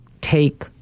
take